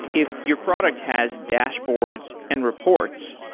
if your product has dashboards and reports,